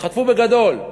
וחטפו בגדול.